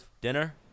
Dinner